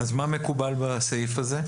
מה מקובל בסעיף הזה?